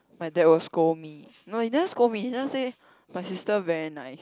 my dad will scold me no he never scold me he just say my sister very nice